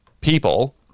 people